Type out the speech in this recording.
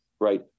right